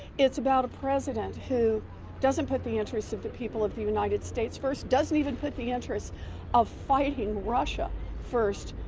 it's about a president who doesn't put the interest of the people of the united states, first doesn't even put the interest of fighting russia first.